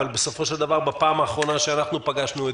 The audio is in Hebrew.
אבל בסופו של דבר בפעם האחרונה שאנחנו פגשנו את